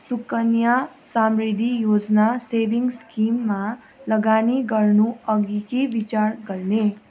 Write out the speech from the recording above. सुकन्या समृद्धि योजना सेभिङ स्किममा लगानी गर्नु अघि के विचार गर्ने